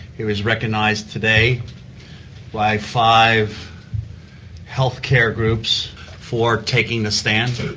he was recognised today by five health care groups for taking the stance.